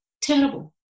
terrible